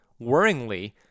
Worryingly